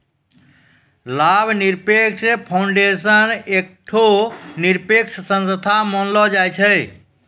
लाभ निरपेक्ष फाउंडेशन एकठो निरपेक्ष संस्था मानलो जाय छै